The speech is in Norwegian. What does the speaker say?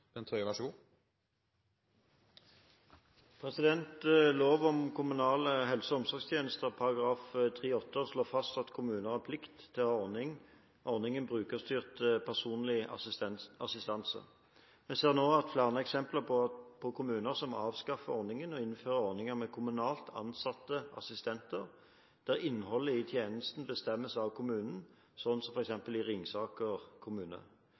ordningen brukerstyrt personlig assistanse. Vi ser nå flere eksempler på kommuner som avskaffer ordningen og innfører ordninger med kommunalt ansatte assistenter, der innholdet i tjenesten bestemmes av kommunen, slik som i Ringsaker kommune.